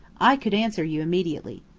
i could answer you immediately.